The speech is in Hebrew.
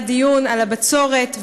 היה דיון על הבצורת,